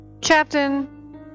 Captain